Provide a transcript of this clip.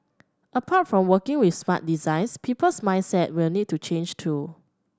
apart from working with smart designs people's mindsets will need to change too